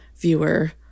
viewer